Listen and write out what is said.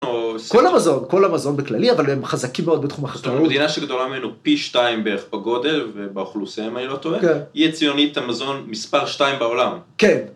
כל המזון, כל המזון בכללי, אבל הם חזקים מאוד בתחום החקלאות. זאת אומרת מדינה שגדולה ממנו פי שתיים בערך בגודל ובאוכלוסייה אם אני לא טועה, היא יצואנית המזון מספר שתיים בעולם. כן.